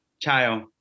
child